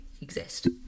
exist